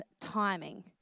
timing